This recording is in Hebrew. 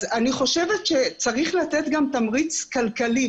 אז אני חושבת שצריך לתת תמריץ כלכלי.